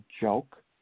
joke